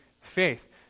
faith